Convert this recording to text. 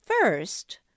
first